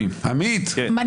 ראשונה.